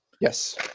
Yes